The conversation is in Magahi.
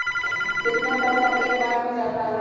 कितना पैसा एक बार में जाता है?